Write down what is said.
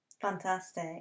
fantastic